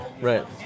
Right